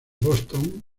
boston